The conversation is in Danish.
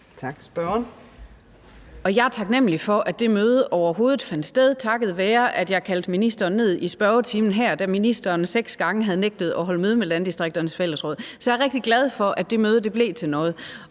(DF): Og jeg er taknemlig for, at det møde overhovedet fandt sted. Det er takket være, at jeg kaldte ministeren ned i spørgetiden, da ministeren seks gange havde nægtet at holde møde med Landdistrikternes Fællesråd. Så jeg er rigtig glad for, at det møde blev til noget.